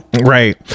Right